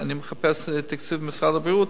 אני מחפש תקצוב ממשרד הבריאות,